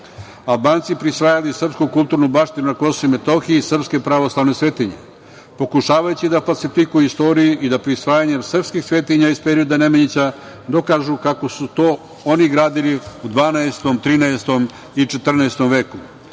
Albanci prisvajali srpsku kulturnu baštinu na KiM i srpske pravoslavne svetinje, pokušavajući da falsifikuju istoriju i da prisvajanjem srpskih svetinja iz perioda Nemanjića dokažu kako su to oni gradili u 12, 13. i 14. veku.